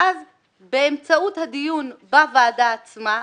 באמצעות הדיון בוועדה עצמה,